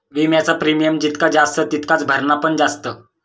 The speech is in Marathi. विम्याचा प्रीमियम जितका जास्त तितकाच भरणा पण जास्त